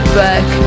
back